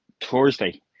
Thursday